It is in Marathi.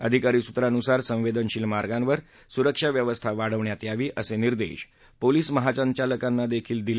अधिकारी सुत्रानुसार संवेदनशील मार्गावर सुरक्षा व्यवस्था वाढवण्यात यावी असे निर्देश पोलीस महासंचालकाना देखील दिल्याचं म्हटलं आहे